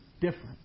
different